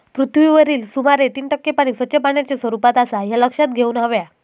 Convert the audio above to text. पृथ्वीवरील सुमारे तीन टक्के पाणी स्वच्छ पाण्याच्या स्वरूपात आसा ह्या लक्षात घेऊन हव्या